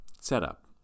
setup